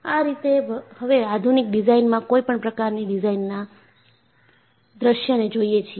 આ રીતે હવે આધુનિક ડિઝાઇનમાં કોઈપણ પ્રકારની ડિઝાઇનના દૃશ્યને જોઈએ છીએ